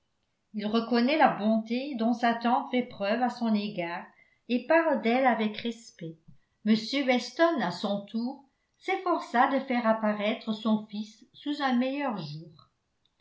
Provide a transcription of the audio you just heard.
il reconnaît la bonté dont sa tante fait preuve à son égard et parle d'elle avec respect m weston à son tour s'efforça de faire apparaître son fils sous un meilleur jour